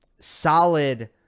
solid